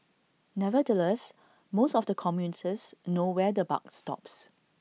nevertheless most of the commuters know where the buck stops